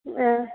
ꯑꯥ